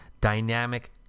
dynamic